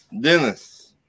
Dennis